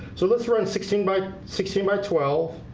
so let's run sixteen by sixteen by twelve